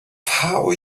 how